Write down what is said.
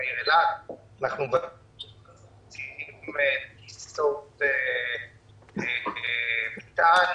אנחנו מבצעים טיסות מטען